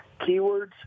keywords